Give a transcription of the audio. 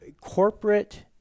corporate